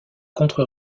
contre